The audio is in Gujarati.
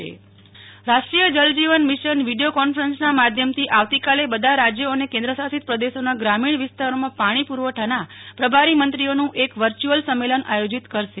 નેહ્લ ઠક્કર જળ જીવન મિશન રાષ્ટ્રીય જળ જીવન મિશન વિડીયો કોન્ફરન્સના માધ્યમથી આવતીકએલ બધા રાજ્યો અને કેન્દ્ર શાસિત પ્રદેશોનાં ગ્રામીણ વિસ્તારોમાંન પાણી પુરવઠાના પ્રભારી મંત્રીઓનું એક વર્ચ્યુઅલ સંમેલન યોજાશે